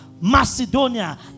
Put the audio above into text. Macedonia